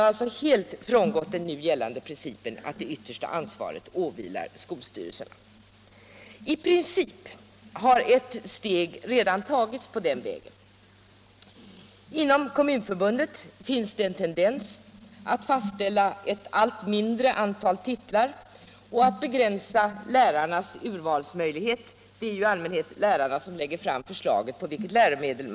Man bortser helt från den nu gällande principen att det yttersta ansvaret åvilar skolstyrelserna. I princip har ett steg redan tagits på den vägen. Inom Kommunförbundet finns det en tendens att fastställa ett allt mindre antal titlar och att begränsa lärarnas urvalsmöjlighet. Det är ju i allmänhet lärarna som lägger fram förslagen om läromedel.